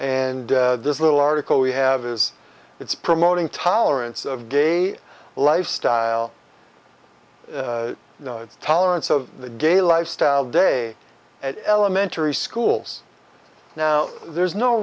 and this little article we have is it's promoting tolerance of gay lifestyle and tolerance of the gay lifestyle day at elementary schools now there's no